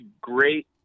great